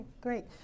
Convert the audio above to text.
great